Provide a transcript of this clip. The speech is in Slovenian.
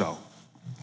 žal.